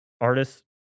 artists